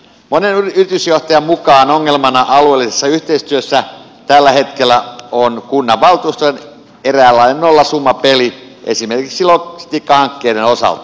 monen yritysjohtajan mukaan ongelmana alueellisessa yhteistyössä tällä hetkellä on kunnanvaltuustojen eräänlainen nollasummapeli esimerkiksi logistiikkahankkeiden osalta